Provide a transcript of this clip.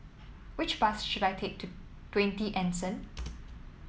which bus should I take to Twenty Anson